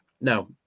No